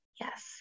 Yes